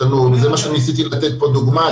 זה מה שניסיתי לתת פה דוגמה,